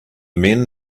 men